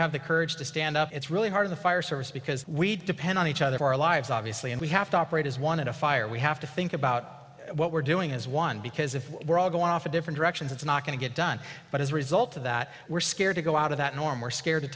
have the courage to stand up it's really hard the fire service because we depend on each other our lives obviously and we have to operate as one in a fire we have to think about what we're doing as one because if we're all going off in different directions it's not going to get done but as a result of that we're scared to go out of that norm we're scared to